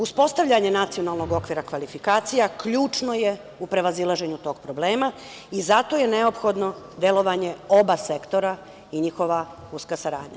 Uspostavljanje Nacionalnog okvira kvalifikacija ključno je u prevazilaženju tog problema i zato je neophodno delovanje oba sektora i njihova uska saradnja.